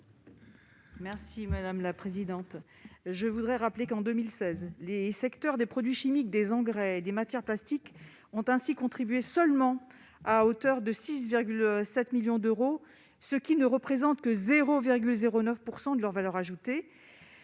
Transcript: explication de vote. Je voudrais rappeler que, en 2016, les secteurs des produits chimiques, des engrais et des matières plastiques ont contribué seulement à hauteur de 6,7 millions d'euros, ce qui ne représente que 0,09 % de leur valeur ajoutée.